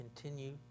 continue